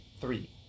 three